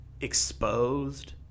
exposed